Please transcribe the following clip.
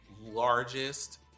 largest